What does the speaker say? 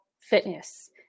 fitness